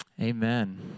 Amen